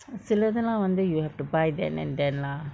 செலதேலாம் வந்து:selathelaam vanthu you have to buy then and then lah